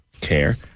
care